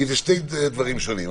כי אלה שני דברים שונים.